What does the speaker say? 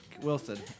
Wilson